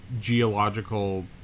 geological